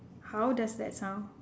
how does that sound